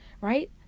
Right